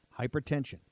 Hypertension